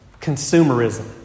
Consumerism